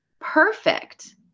Perfect